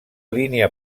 línia